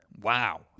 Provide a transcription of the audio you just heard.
Wow